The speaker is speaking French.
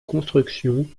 construction